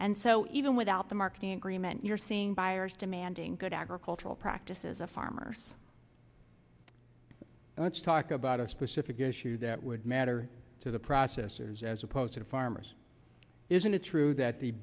and so even without the marketing agreement you're seeing buyers demanding good agricultural practices of farmers and let's talk about a specific issue that would matter to the processors as opposed to the farmers isn't it true that the